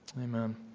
Amen